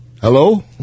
hello